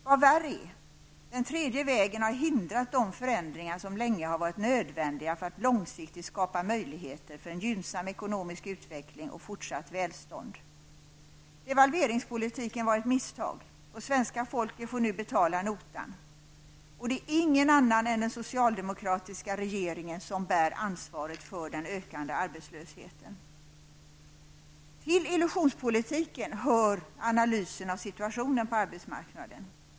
Vad värre är: ''Den tredje vägen'' har hindrat de förändringar som länge har varit nödvändiga för att långsiktigt skapa möjligheter för en gynnsam ekonomisk utveckling och fortsatt välstånd. Devalveringspoliken var ett misstag, och svenska folket får nu betala notan. Det är ingen annan än den socialdemokratiska regeringen som bär ansvaret för den ökande arbetslösheten. Till illusionspolitiken hör analysen av situationen på arbetsmarknaden.